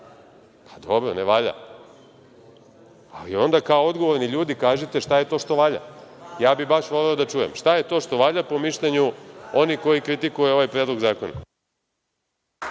Pa, dobro ne valja, ali onda kao odgovorni ljudi kažite šta je to što valja. Baš bih voleo da čujem šta je to što valja po mišljenju onih koji kritikuju ovaj Predlog zakona.